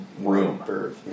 room